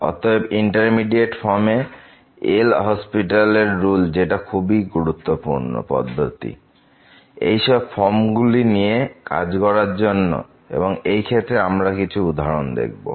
অতএব এই ইন্ডিটারমিনেট ফর্মে L'Hospital rule LHospitals rules যেটা খুবই গুরুত্বপূর্ণ পদ্ধতি এইসব ফর্ম গুলি নিয়ে কাজ করার জন্য এবং এই ক্ষেত্রে আমরা কিছু উদাহরণ দিয়ে দেখবো